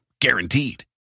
Guaranteed